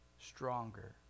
stronger